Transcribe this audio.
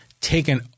taken